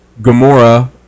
Gamora